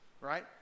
right